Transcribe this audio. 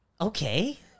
Okay